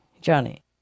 Johnny